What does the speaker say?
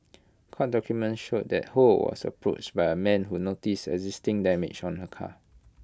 court documents showed that ho was approached by A man who notice existing damage on her car